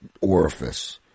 orifice